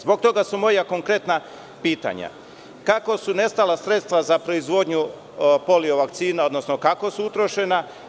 Zbog toga su moja konkretna pitanja – kako su nestala sredstva za proizvodnju polio vakcina, odnosno kako su utrošena?